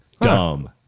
dumb